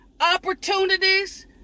opportunities